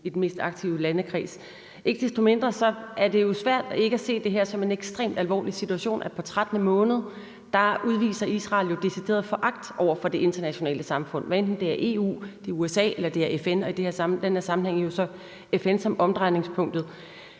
i den mest aktive landekreds. Ikke desto mindre er det jo svært ikke at se det her som andet end en ekstremt alvorlig situation, hvor Israel på 13. måned udviser en decideret foragt over for det internationale samfund, hvad enten det er EU, det er USA eller det er FN, og det er jo i den her sammenhæng så FN, som er omdrejningspunktet.